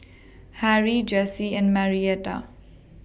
Harry Jessi and Marietta